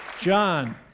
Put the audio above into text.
John